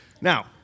Now